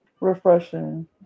Refreshing